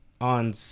on